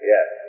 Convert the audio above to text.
Yes